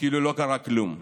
כאילו לא קרה כלום.